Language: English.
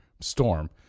storm